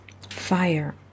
fire